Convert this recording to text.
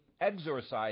exorcise